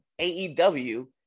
AEW